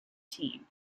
team